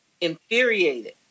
infuriated